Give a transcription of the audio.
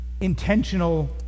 intentional